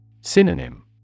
Synonym